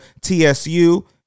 TSU